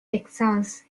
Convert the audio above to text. texas